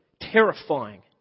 terrifying